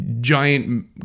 giant